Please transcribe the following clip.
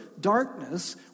darkness